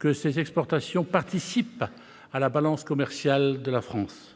que ces exportations participent à la balance commerciale de la France.